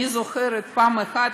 אני זוכרת שפעם אחת,